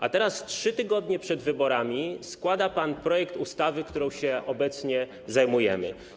A teraz, 3 tygodnie przed wyborami, składa pan projekt ustawy, którą się obecnie zajmujemy.